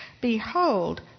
Behold